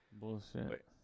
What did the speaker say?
Bullshit